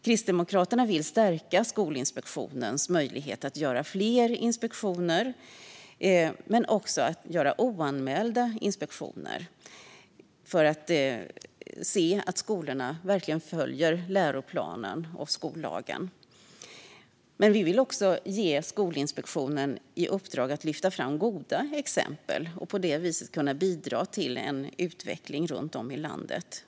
Kristdemokraterna vill stärka Skolinspektionens möjlighet att göra fler inspektioner, och oanmälda inspektioner, för att man ska kunna se om skolorna verkligen följer läroplanen och skollagen. Vi vill dock även ge Skolinspektionen i uppdrag att lyfta fram goda exempel och på det viset bidra till en utveckling runt om i landet.